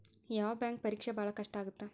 ಯಾವ್ ಬ್ಯಾಂಕ್ ಪರೇಕ್ಷೆ ಭಾಳ್ ಕಷ್ಟ ಆಗತ್ತಾ?